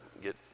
get